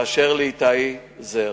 באשר לאיתי זר,